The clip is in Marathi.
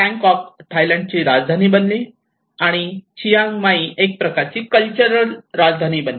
बँकॉक थायलंडची राजधानी बनली आणि चियांग माई एक प्रकारची कल्चरल राजधानी बनली